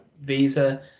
visa